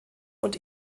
und